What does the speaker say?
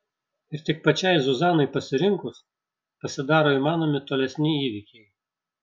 ir tik pačiai zuzanai pasirinkus pasidaro įmanomi tolesni įvykiai